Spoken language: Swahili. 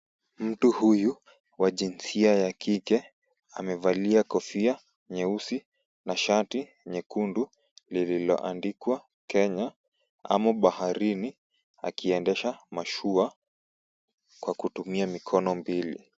Mtu huyu wa jinsia ya kike amevalia kofia nyeusi na shati nyekundu lililoandikwa Kenya. Amo baharini akiendesha mashua kwa kutumia mikono mbili.